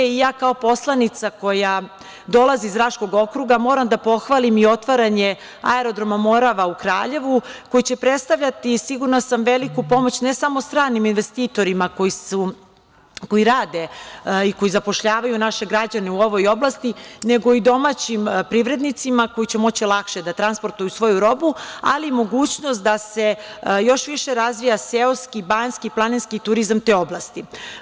Ja kao poslanica koja dolazi iz Raškog okruga moram da pohvalim i otvaranje aerodroma „Morava“ u Kraljevu koji će predstavljati, sigurna sam, veliku pomoć ne samo stranim investitorima koji rade i koji zapošljavaju naše građane u ovoj oblasti, nego i domaćim privrednicima koji će moći lakše da transportuju svoju robu, ali i mogućnost da se još više razvija seoski, banjski, planinski turizam te oblasti.